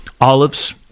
olives